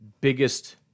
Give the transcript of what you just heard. biggest